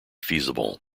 feasible